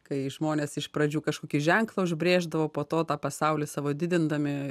kai žmonės iš pradžių kažkokį ženklą užbrėždavo po to tą pasaulį savo didindami